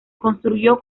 construyó